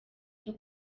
cyo